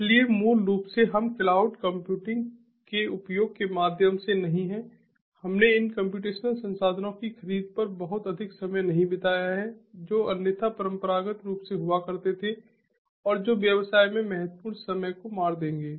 इसलिए मूल रूप से हम क्लाउड कंप्यूटिंग के उपयोग के माध्यम से नहीं हैं हमने इन कम्प्यूटेशनल संसाधनों की खरीद पर बहुत अधिक समय नहीं बिताया है जो अन्यथा परंपरागत रूप से हुआ करते थे और जो व्यवसाय में महत्वपूर्ण समय को मार देंगे